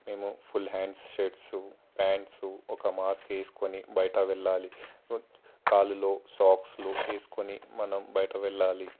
మేము full hands shirts pants ఒక mask వేసుకుని బయటికీ వెళ్ళాలి కాలిలో సాక్స్లు వేసుకుని మనం బయట వెళ్ళాలి